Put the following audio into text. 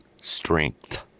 strength